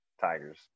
Tigers